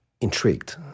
intrigued